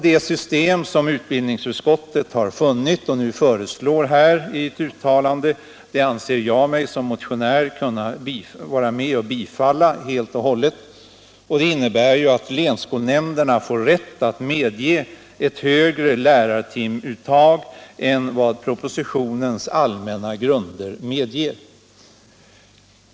Det system som utbildningsutskottet har funnit och nu föreslår i ett uttalande anser jag mig som motionär kunna vara med om att bifalla helt och hållet. Systemet innebär att länsskolnämnderna får rätt att medge ett högre lärartimuttag än vad propositionens allmänna grunder medger.